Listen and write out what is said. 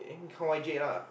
come Y_J lah